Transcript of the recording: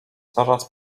zaraz